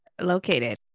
located